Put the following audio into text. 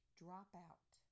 dropout